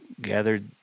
gathered